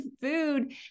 food